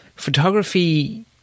Photography